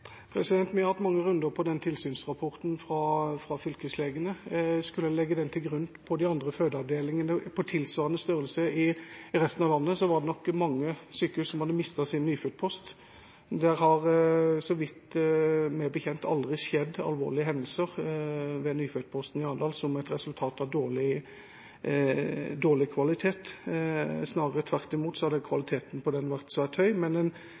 Vi har hatt mange runder om tilsynsrapporten fra fylkeslegene. Skulle en legge den til grunn for de andre fødeavdelingene av tilsvarende størrelse i resten av landet, var det nok mange sykehus som hadde mistet sin nyfødtpost. Det har, så vidt jeg vet, aldri skjedd alvorlige hendelser ved nyfødtposten i Arendal som et resultat av dårlig kvalitet. Snarere tvert imot har kvaliteten vært svært høy, men i tilsynsrapporten antydet en